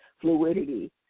fluidity